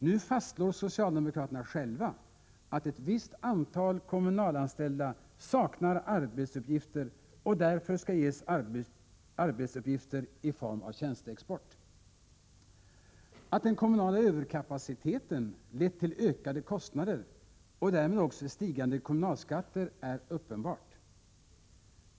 Nu fastslår socialdemokraterna själva, att ett visst antal kommunalanställda saknar arbetsuppgifter och därför skall ges arbetsuppgifter i form av tjänsteexport. Att den kommunala överkapaciteten lett till ökade kostnader och därmed också till stigande kommunalskatter är uppenbart.